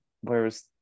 Whereas